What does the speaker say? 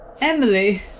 Emily